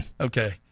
Okay